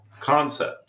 concept